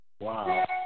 Wow